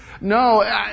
No